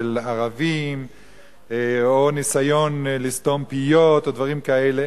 ערבים או ניסיון לסתום פיות או דברים כאלה,